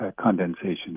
condensation